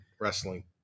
wrestling